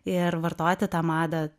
ir vartoti tą madą